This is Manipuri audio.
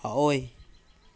ꯑꯑꯣꯏ